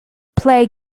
play